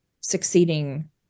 succeeding